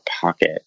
pocket